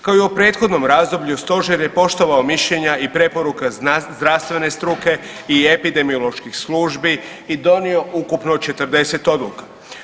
Kao i u prethodnom razdoblju, Stožer je poštovao mišljenja i preporuke zdravstvene struke i epidemioloških službi i donio ukupno 40 odluka.